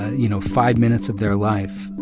you know, five minutes of their life,